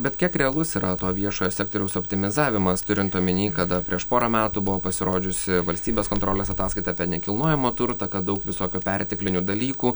bet kiek realus yra to viešojo sektoriaus optimizavimas turint omeny kada prieš porą metų buvo pasirodžiusi valstybės kontrolės ataskaita apie nekilnojamą turtą kad daug visokių perteklinių dalykų